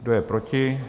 Kdo je proti?